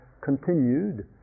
continued